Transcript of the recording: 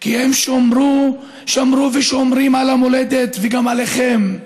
כי הם שמרו ושומרים על המולדת, וגם עליכם.